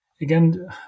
again